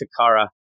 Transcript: Takara